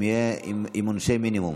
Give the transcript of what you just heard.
זה יהיה עם עונשי מינימום.